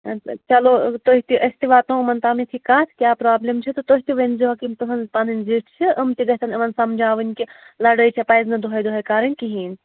چلو تُہۍ تہِ أسۍ تہِ واتناوَو یِمَن تامَتھ یہِ کَتھ کیٛاہ پرٛابلِم چھِ تہٕ تُہۍ تہِ ؤنۍ زِیوٗکھ یِم تُہٕنٛز پَنٕنۍ زِٹھ چھِ یِم تہِ گژھٮ۪ن یِمَن سَمجاوٕنۍ کہِ لڑٲے چھَ پَزِ نہٕ دۄہَے دۄہَے کَرٕنۍ کِہیٖنۍ